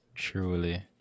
Truly